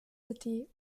city